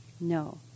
No